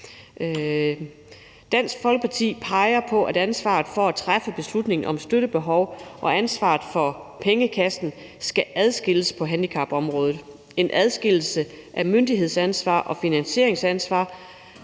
Dansk Folkeparti peger på, at ansvaret for at træffe beslutning om støttebehov og ansvaret for pengekassen skal adskilles på handicapområdet, men en adskillelse af myndighedsansvar og finansieringsansvar